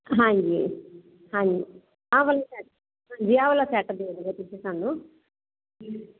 ਹਾਂਜੀ ਹਾਂਜੀ ਆਹ ਵਾਲਾ ਸੈੱਟ ਦੇ ਦੇ ਤੁਸੀਂ ਸਾਨੂੰ